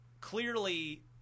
clearly